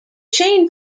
chain